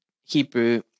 Hebrew